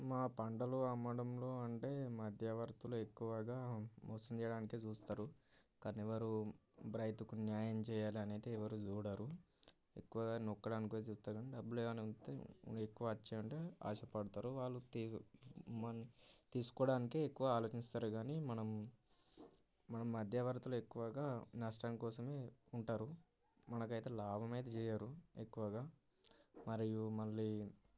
మా పంటలు అమ్మడంలో అంటే మధ్యవర్తులు ఎక్కువగా మోసం చేయడానికి చూస్తారు కానీ వారు రైతుకి న్యాయం చేయాలి అనేది ఎవరు చూడరు ఎక్కువగా నొక్కడానికి చూస్తారు కానీ డబ్బులు ఏమైనా వస్తే ఎక్కువ వచ్చాయంటే ఆశపడతారు వాళ్ళు తీసుకోవడానికి ఎక్కువ ఆలోచిస్తారు కానీ మనం మనం మధ్యవర్తులు ఎక్కువగా నష్టం కోసం ఉంటారు మనకైతే లాభం అయితే చేయరు ఎక్కువగా మరియు మళ్ళీ